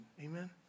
Amen